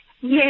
Yes